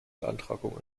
beantragung